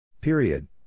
Period